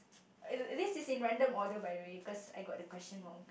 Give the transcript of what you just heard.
eh this is in random order by the way cause I got the question wrong